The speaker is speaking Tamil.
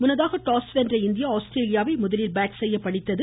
முன்னதாக டாஸ் வென்ற இந்தியா ஆஸ்திரேலியாவை முதலில் பேட் செய்ய பணித்தது